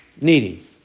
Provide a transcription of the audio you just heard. needy